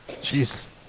Jesus